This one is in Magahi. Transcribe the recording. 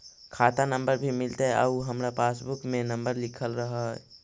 खाता नंबर भी मिलतै आउ हमरा पासबुक में नंबर लिखल रह है?